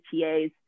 tas